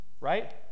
right